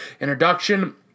introduction